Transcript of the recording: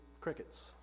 crickets